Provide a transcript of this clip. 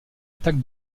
attaque